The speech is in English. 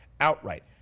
outright